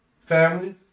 family